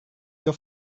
your